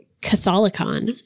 catholicon